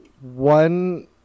one